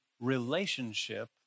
relationship